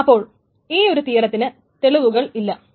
അപ്പോൾ ഈ ഒരു തിയറത്തിന് തെളിവുകൾ ഇല്ല